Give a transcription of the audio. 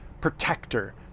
protector